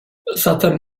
zatem